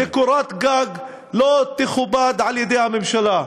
לקורת גג לא תכובד על-ידי הממשלה.